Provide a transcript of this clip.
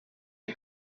you